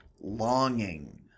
Longing